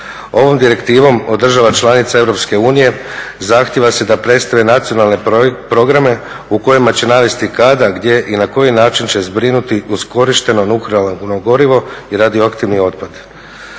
Ovim direktivom od država članica EU zahtjeva se da predstave nacionalne programe u kojima će navesti kada, gdje i na koji način će zbrinuti iskorišteno nuklearno gorivo i radioaktivni otpad.